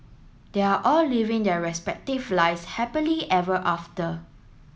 they are all living their respective lives happily ever after